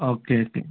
okay okay